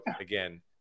again